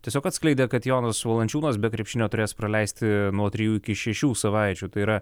tiesiog atskleidė kad jonas valančiūnas be krepšinio turės praleisti nuo trijų iki šešių savaičių tai yra